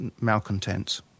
malcontents